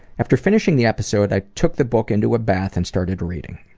after finishing the episode i took the book into a bath and started reading.